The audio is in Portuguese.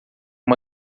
uma